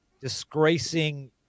disgracing